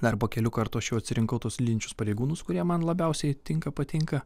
dar po kelių kartų aš jau atsirinkau tuos lydinčius pareigūnus kurie man labiausiai tinka patinka